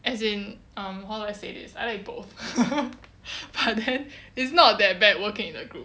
as in um how do I say this I like both but then it's not that bad working in a group